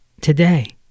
today